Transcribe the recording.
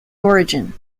origin